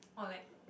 or like